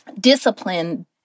discipline